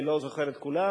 אני לא זוכר את כולם,